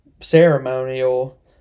ceremonial